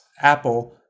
Apple